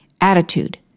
Attitude